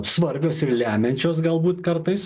svarbios ir lemiančios galbūt kartais